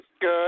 Good